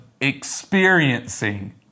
experiencing